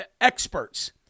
experts